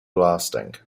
lasting